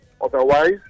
Otherwise